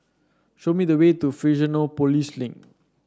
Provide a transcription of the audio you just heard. show me the way to Fusionopolis Link